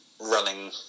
running